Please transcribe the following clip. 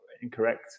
incorrect